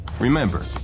Remember